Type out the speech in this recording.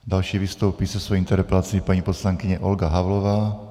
Další vystoupí se svou interpelací paní poslankyně Olga Havlová.